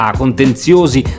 contenziosi